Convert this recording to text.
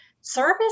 service